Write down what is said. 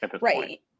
right